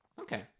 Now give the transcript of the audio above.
okay